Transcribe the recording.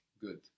Good